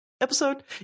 episode